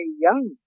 young